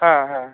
হ্যাঁ হ্যাঁ